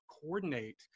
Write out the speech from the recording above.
coordinate